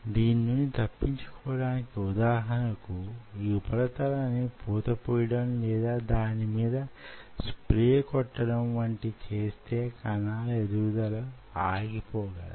దీన్ని నుండి తప్పించుకోవడానికి ఉదాహరణకు ఈ ఉపరితలాన్ని పూత పూయడం లేదా దాని మీద స్ప్రే కొట్టడం వంటివి చేస్తే కణాల యెదుగుదల ఆగిపోగలదు